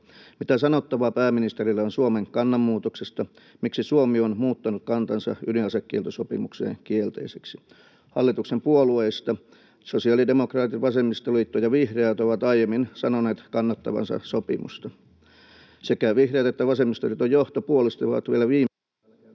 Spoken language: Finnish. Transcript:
Mitä sanottavaa pääministerillä on Suomen kannanmuutoksesta? Miksi Suomi on muuttanut kantansa ydinasekieltosopimukseen kielteiseksi? Hallituksen puolueista sosiaalidemokraatit, vasemmistoliitto ja vihreät ovat aiemmin sanoneet kannattavansa sopimusta. Sekä vihreät että vasemmistoliiton johto puolustivat vielä viime